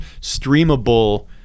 streamable